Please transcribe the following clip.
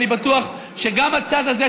אני בטוח שגם בצד זה,